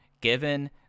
given